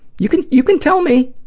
you can you can tell me!